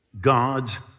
God's